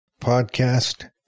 podcast